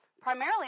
primarily